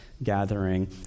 gathering